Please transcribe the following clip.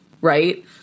right